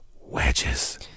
Wedges